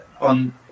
on